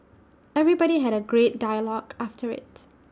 everybody had A great dialogue after IT